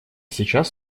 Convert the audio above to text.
сейчас